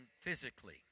physically